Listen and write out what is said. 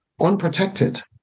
unprotected